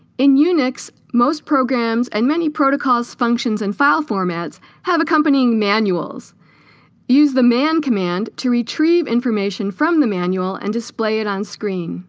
in unix most programs and many protocols functions and file formats have accompanying manuals use the man command to retrieve information from the manual and display it on screen